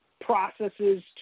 processes